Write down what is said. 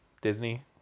Disney